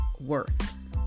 worth